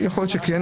יכול להיות שכן,